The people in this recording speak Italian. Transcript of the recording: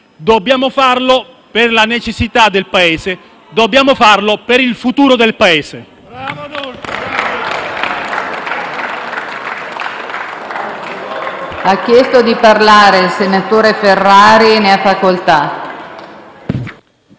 Dobbiamo farlo per la necessità del Paese, dobbiamo farlo per il futuro del Paese.